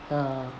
uh